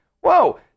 Whoa